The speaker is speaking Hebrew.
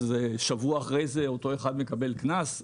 אז שבוע אחרי זה אותו אחד מקבל קנס?